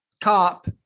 cop